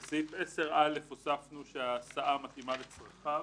בסעיף 10(א) הוספנו שההסעה מתאימה לצרכיו.